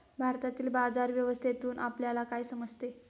भारतातील बाजार व्यवस्थेतून आपल्याला काय समजते?